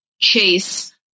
Chase